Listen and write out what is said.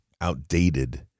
outdated